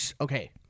okay